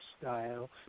style